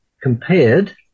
compared